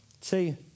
See